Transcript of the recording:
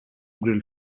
grilled